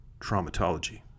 traumatology